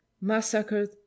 massacred